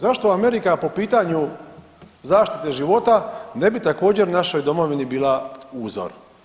Zašto Amerika po pitanju zaštite života ne bi također našoj domovini bila uzor?